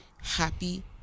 happy